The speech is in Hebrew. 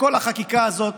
וכל החקיקה הזאת